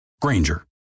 Granger